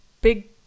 big